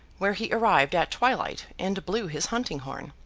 where he arrived at twilight, and blew his hunting-horn.